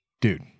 Dude